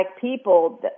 people